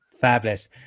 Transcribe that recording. Fabulous